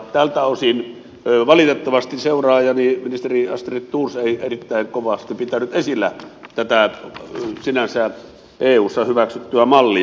tältä osin valitettavasti seuraajani ministeri astrid thors ei erittäin kovasti pitänyt esillä tätä sinänsä eussa hyväksyttyä mallia